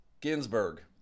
Ginsburg